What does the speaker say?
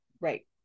right